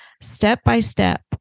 step-by-step